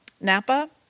Napa